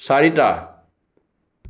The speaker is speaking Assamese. চাৰিটা